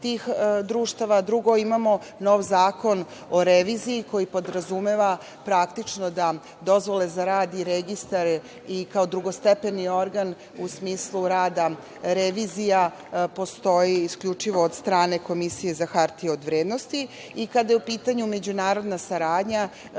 društava. Drugo, imamo nov Zakon o reviziji koji podrazumeva da dozvole za rad i registar i kao drugostepeni organ, u smislu rada revizija postoji isključivo od strane Komisije za hartije od vrednosti i kada je u pitanju međunarodna saradnja